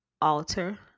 alter